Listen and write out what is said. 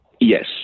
Yes